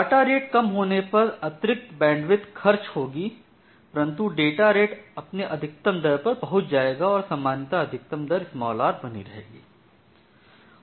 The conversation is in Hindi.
डाटा रेट कम होने पर अतिरिक्त बैंड विड्थ खर्चा होगी परन्तु फिर डाटा रेट अपने अधिकतम दर पर पहुँच जायेगा और सामान्यता अदिकतम दर r बनी रहेगी